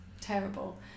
terrible